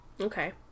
okay